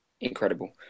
incredible